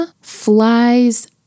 flies